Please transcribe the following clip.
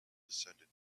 descended